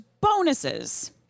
bonuses